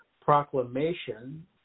Proclamation